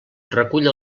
recull